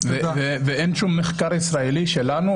אין שום מחקר שלכם,